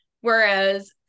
whereas